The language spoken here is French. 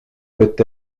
peut